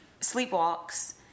sleepwalks